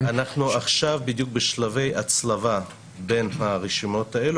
--- אנחנו עכשיו בדיוק בשלבי הצלבה בין הרשימות האלה